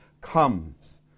comes